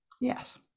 Yes